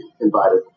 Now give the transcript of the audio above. invited